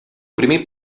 primer